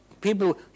people